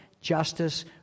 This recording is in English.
justice